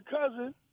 cousin